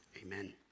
Amen